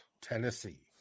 Tennessee